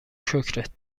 شکرت